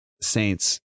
Saints